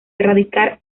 erradicar